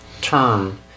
term